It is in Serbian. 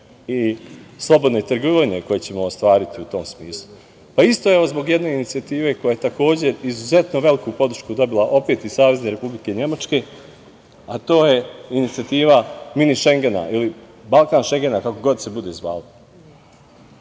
i slobodne trgovine koje ćemo ostvariti u tom smislu? Pa isto, evo, zbog jedne inicijative koja je takođe izuzetno veliku podršku dobila opet iz Savezne Republike Nemačke, a to je inicijativa „mini Šengena“ ili Balkan Šengena, kako god se bude